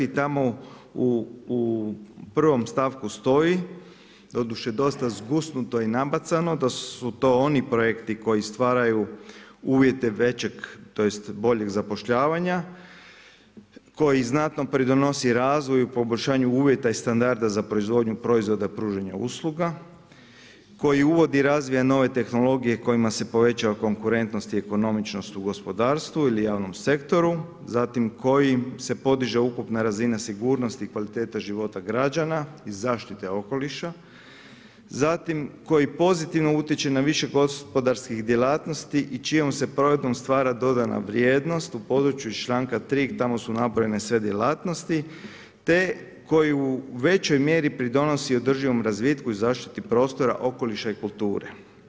I tamo u prvom stavku stoji doduše dosta zgusnuto i nabacano da su to oni projekti koji stvaraju uvjete većeg tj. boljeg zapošljavanja koji znatno pridonosi razvoju i poboljšanju uvjeta i standarda za proizvodnju proizvoda pružanja usluga, koji uvodi i razvija nove tehnologija kojima se povećava konkurentnost i ekonomičnost u gospodarstvu ili javnom sektoru, zatim kojim se podiže ukupna razina sigurnosti i kvalitete života građana i zaštite okoliša, zatim koji pozitivno utječe na više gospodarskih djelatnosti i čijom se provedbom stvara dodana vrijednost u području iz članka 3., tamo su nabrojane sve djelatnosti te koji u većoj mjeri pridonosi održivom razvitku i zaštiti prostora, okoliša i kulture.